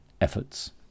efforts